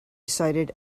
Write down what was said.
cited